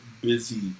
busy